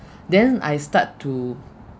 then I start to